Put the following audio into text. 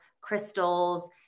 crystals